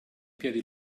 piedi